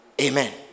Amen